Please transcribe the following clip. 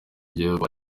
gihugu